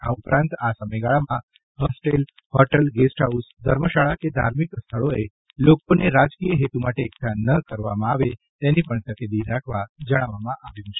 આ ઉપરાંત આ સમયગાળામાં હોસ્ટેલ હોટલ ગેસ્ટહાઉસ ધર્મશાળા કે ધાર્મિક સ્થળોએ લોકોને રાજકીય હેતુ માટે એકઠા ન કરવામાં આવે તેની પણ તકેદારી રાખવા જણાવાયું છે